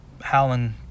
howling